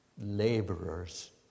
laborers